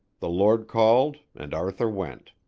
the lord called and arthur went.